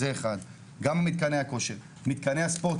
מתקני הספורט,